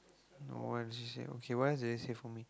no I just say okay what else do you say for me